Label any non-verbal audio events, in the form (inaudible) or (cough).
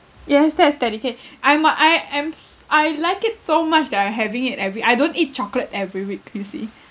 yes that's dedicate I'm a I am s~ I like it so much that I'm having it every I don't eat chocolate every week you see (laughs)